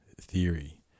theory